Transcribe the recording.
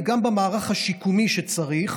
וגם במערך השיקומי שצריך,